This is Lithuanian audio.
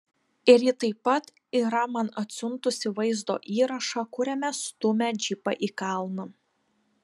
ir ji taip pat yra man atsiuntusi vaizdo įrašą kuriame stumia džipą į kalną